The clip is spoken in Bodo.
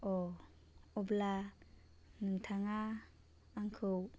अह अब्ला नोंथांआ आंखौ